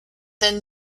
then